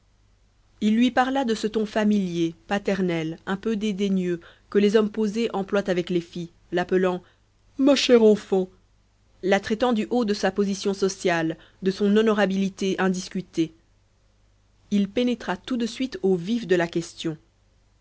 il lui parla de ce ton familier paternel un peu dédaigneux que les hommes posés emploient avec les filles l'appelant ma chère enfant la traitant du haut de sa position sociale de son honorabilité indiscutée il pénétra tout de suite au vif de la question